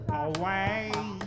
away